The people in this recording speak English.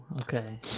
okay